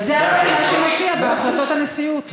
וזה מה שמופיע בהחלטות הנשיאות.